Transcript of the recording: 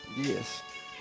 Yes